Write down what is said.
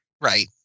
Right